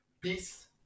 Peace